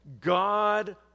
God